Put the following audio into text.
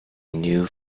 new